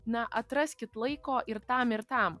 na atraskit laiko ir tam ir tam